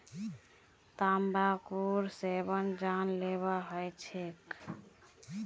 तंबाकूर सेवन जानलेवा ह छेक